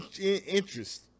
interest